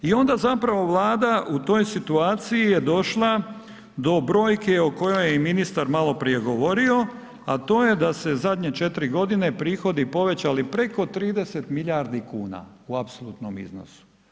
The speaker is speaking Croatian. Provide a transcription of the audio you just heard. I onda zapravo Vlada u toj situaciji je došla do brojke o kojoj je ministar maloprije govorio, a to je da se zadnje četiri godine prihodi povećali preko 30 milijardi kuna u apsolutnom iznosu.